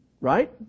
Right